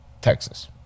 Texas